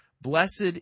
Blessed